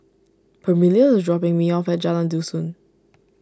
Permelia is dropping me off at Jalan Dusun